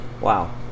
Wow